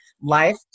life